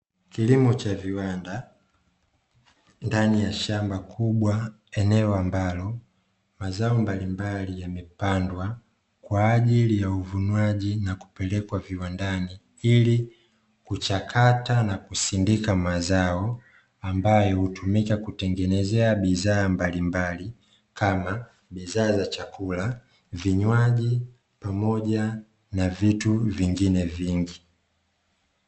Kilimo cha viwanda, ndani ya shamba kubwa eneo ambalo, mazao mbalimbali yamepandwa kwa ajili ya uvunwaji na kupelekwa viwandani, ili kuchakata na kusindika mazao ambayo hutumika kutengenezea bidhaa mbalimbali kama, bidhaa za chakula vinywaji pamoja na vitu vingine vingi.